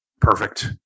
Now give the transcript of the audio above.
perfect